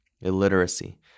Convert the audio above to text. illiteracy